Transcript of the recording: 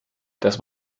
das